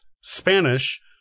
Spanish